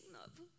love